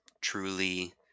truly